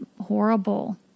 horrible